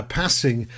passing